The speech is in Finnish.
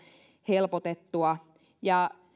helpotettua